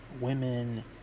women